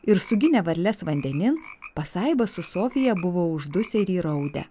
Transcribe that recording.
ir suginę varles vandenin pasaiba su sofija buvo uždusę ir įraudę